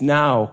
now